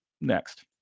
next